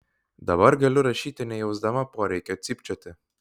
dabar galiu rašyti nejausdama poreikio cypčioti